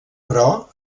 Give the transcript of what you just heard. però